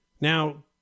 Now